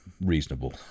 reasonable